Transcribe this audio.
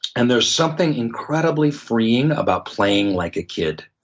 and there's something incredibly freeing about playing like a kid.